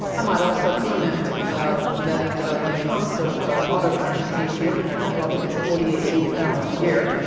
i might also comment um that the cost of auto crashes each year to the american public is forty eight billion dollars a year,